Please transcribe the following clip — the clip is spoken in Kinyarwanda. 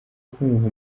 kumva